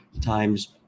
times